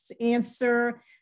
answer